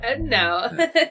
No